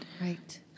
Right